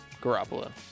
Garoppolo